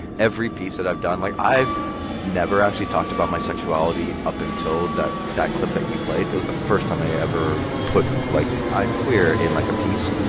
every piece that i've done. like, i've never actually talked about my sexuality up until that that clip that you played. it was the first time i ever put, like, i'm queer in, like, a piece.